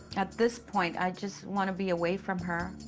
at this point, i just want to be away from her.